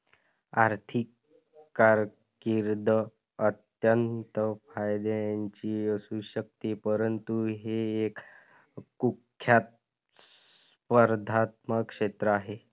आर्थिक कारकीर्द अत्यंत फायद्याची असू शकते परंतु हे एक कुख्यात स्पर्धात्मक क्षेत्र आहे